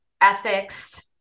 ethics